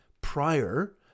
prior